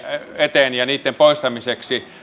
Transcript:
eteen ja niitten poistamiseksi